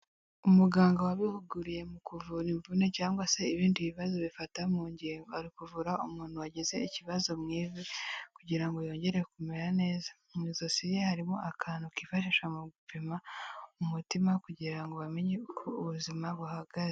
Umuganga wabihuguriwe mu kuvura imvune cyangwa se ibindi bibazo bifata mu ngingo, ari kuvura umuntu wagize ikibazo mu ivi kugira ngo yongere kumera neza, mu ijosi rye harimo akantu kifashashishwa mu gupima umutima kugira ngo bamenye uko ubuzima buhagaze.